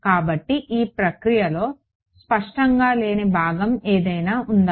కాబట్టి ఈ ప్రక్రియలో స్పష్టంగా లేని భాగం ఏదైనా ఉందా